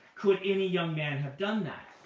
could any young man have done that?